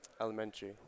elementary